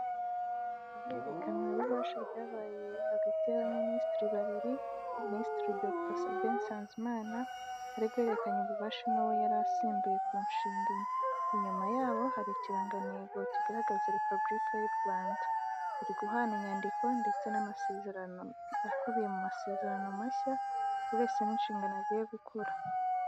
Ihererekanwabubasha ryabaye hagati y'abaminisitiri babiri minisitiri Dogiter Sabin Nsanzimana ari guhererekanye ububasha n'uwo yari asimbuye ku nshinga. Inyuma yabo hari ikirangantego kigaragaza repubulika y'u Rwanda, bari guhana inyandiko ndetse n'amasezerano akubiye mu masezerano mashya buri wese n'inshingano agiye gukora.